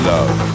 Love